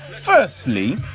firstly